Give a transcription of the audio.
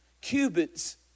Cubits